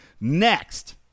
Next